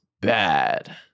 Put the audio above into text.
bad